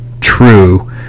true